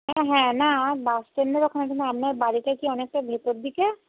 হ্যাঁ হ্যাঁ না বাস স্ট্যান্ডের ওখানে কিন্তু আপনার বাড়িটা কি অনেকটা ভেতর দিকে